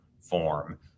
form